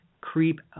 creep